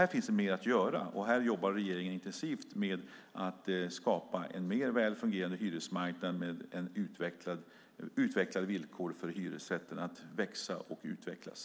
Här finns det mer att göra, och här jobbar regeringen intensivt med att skapa en mer välfungerande hyresmarknad med bättre villkor för hyresrätten att växa och utvecklas.